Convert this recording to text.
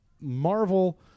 Marvel